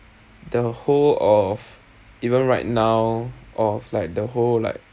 the whole of even right now of like the whole like